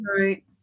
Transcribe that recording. Right